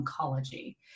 oncology